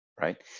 right